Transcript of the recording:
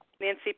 Nancy